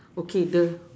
okay the